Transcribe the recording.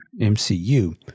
MCU